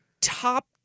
top